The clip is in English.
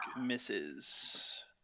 misses